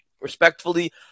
respectfully